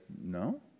no